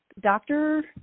doctor